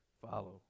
follow